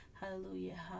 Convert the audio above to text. Hallelujah